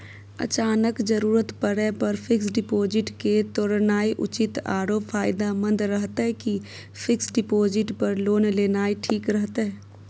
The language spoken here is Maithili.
अचानक जरूरत परै पर फीक्स डिपॉजिट के तोरनाय उचित आरो फायदामंद रहतै कि फिक्स डिपॉजिट पर लोन लेनाय ठीक रहतै?